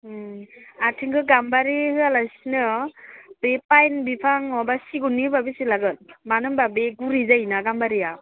आथिंखो गाम्बारि होआ लसिनो बे पाइन बिफां नङाब्ला सिगुननि होब्ला बेसे लागोन मानो होमब्ला बे गुरै जायो ना गाम्बारिया